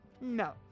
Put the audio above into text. No